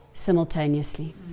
Simultaneously